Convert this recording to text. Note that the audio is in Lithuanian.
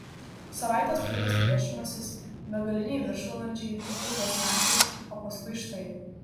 savaites trukęs plėšymasis begaliniai viršvalandžiai ilgos naktys o paskui štai